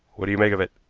what do you make of it?